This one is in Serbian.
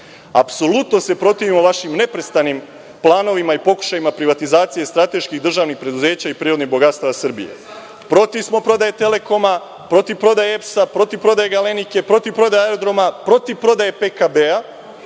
NDH.Apsolutno se protivimo vašim neprestanim planovima i pokušajima privatizacije strateških državnih preduzeća i prirodnih bogatstava Srbije. Protiv smo prodaje Telekoma, protiv prodaje EPS, protiv prodaje Galenike, protiv prodaje aerodroma, protiv prodaje PKB